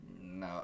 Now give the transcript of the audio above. No